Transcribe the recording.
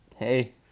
Hey